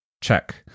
check